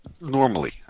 Normally